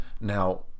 now